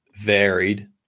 varied